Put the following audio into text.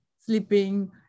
sleeping